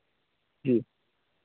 जी